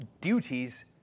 duties